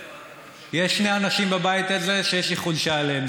יש שני אנשים בבית הזה שיש לי חולשה אליהם.